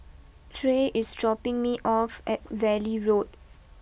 Tre is dropping me off at Valley Road